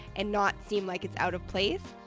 and not seem like it's out of place.